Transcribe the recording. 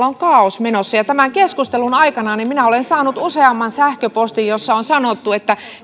on kaaos menossa ja tämän keskustelun aikana minä olen saanut useamman sähköpostin joissa on sanottu että